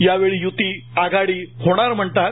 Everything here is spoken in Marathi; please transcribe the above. यावेळी यूती आघाडी होणार म्हणतात